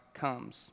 comes